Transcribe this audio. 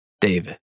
David